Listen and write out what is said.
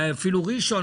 אפילו ראשון,